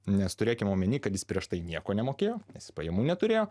nes turėkime omenyje kad jis prieš tai nieko nemokėjo nes pajamų neturėjo